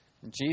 Jesus